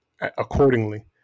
accordingly